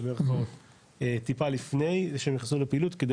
כאילו טיפה לפני שהם נכנסו לפעילות כדי